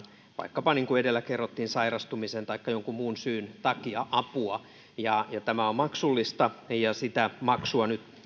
vaikkapa niin kuin edellä kerrottiin sairastumisen taikka jonkun muun syyn takia apua tämä on maksullista ja sitä maksua nyt